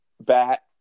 bat